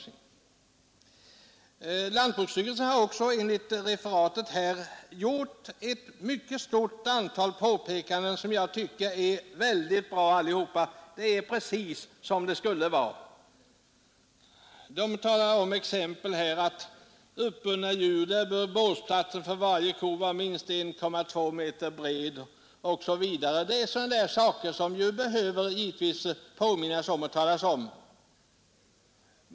Lantbruksstyrelsen har också, enligt referatet i utskottsbetänkandet, gjort ett mycket stort antal påpekanden som jag tycker är mycket bra det är precis som det skall vara. Styrelsen säger att när det gäller uppbundna djur bör båsplatsen för varje ko vara minst 1,2 meter bred osv. Det är sådana där saker som det givetvis behöver påminnas om.